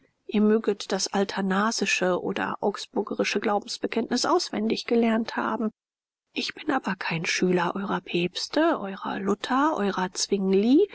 ihr möget das athanasische oder augsburgische glaubensbekenntnis auswendig gelernt haben ich bin aber kein schüler eurer päpste eurer luther eurer zwingli